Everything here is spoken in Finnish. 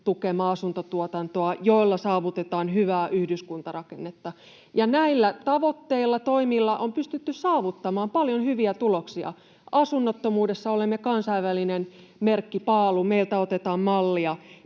tukemaa asuntotuotantoa, joilla saavutetaan hyvää yhdyskuntarakennetta. Näillä tavoitteilla, toimilla on pystytty saavuttamaan paljon hyviä tuloksia. Asunnottomuudessa olemme kansainvälinen merkkipaalu, meiltä otetaan mallia.